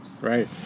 right